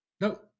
No